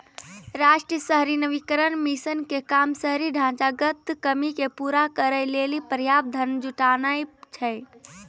राष्ट्रीय शहरी नवीकरण मिशन के काम शहरी ढांचागत कमी के पूरा करै लेली पर्याप्त धन जुटानाय छै